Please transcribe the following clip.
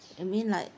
you mean like